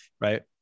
Right